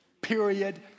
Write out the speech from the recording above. period